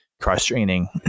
cross-training